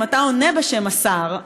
אם אתה עונה בשם השר,